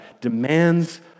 demands